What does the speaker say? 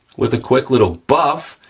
with a quick little buff,